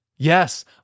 Yes